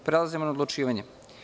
Prelazimo na odlučivanje.